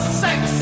sex